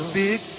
big